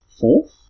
fourth